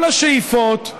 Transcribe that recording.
כל השאיפות,